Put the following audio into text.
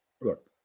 look